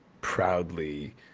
proudly